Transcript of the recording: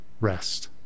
rest